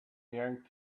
yanked